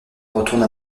retourne